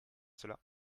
cela